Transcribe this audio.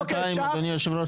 אדוני יושב הראש,